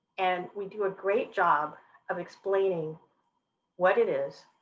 and we do a great job of explaining what it is,